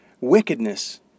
wickedness